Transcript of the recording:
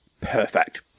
perfect